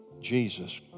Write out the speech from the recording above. Jesus